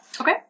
Okay